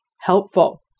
helpful